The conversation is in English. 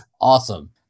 awesome